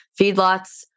Feedlots